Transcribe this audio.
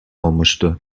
olmuştu